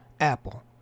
Apple